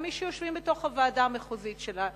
וגם מי שיושבים בתוך הוועדה המחוזית שלה,